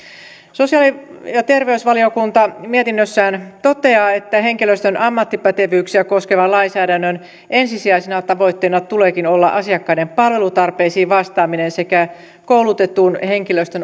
sosiaali ja terveysvaliokunta mietinnössään toteaa että henkilöstön ammattipätevyyksiä koskevan lainsäädännön ensisijaisena tavoitteena tuleekin olla asiakkaiden palvelutarpeisiin vastaaminen sekä koulutetun henkilöstön